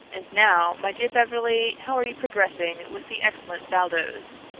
and now, my dear beverly, how are you progressing with the excellent baldos,